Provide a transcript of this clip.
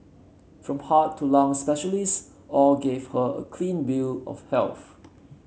from heart to lung specialists all gave her a clean bill of health